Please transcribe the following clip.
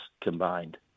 combined